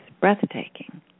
breathtaking